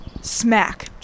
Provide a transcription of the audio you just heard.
smack